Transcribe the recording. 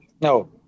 No